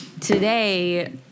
today